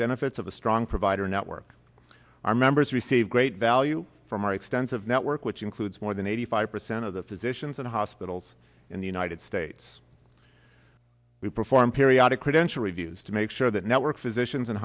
benefits of a strong provider network our members receive great value from our extensive network which includes more than eighty five percent of the physicians and hospitals in the united states we perform periodic credential reviews to make sure that network physicians and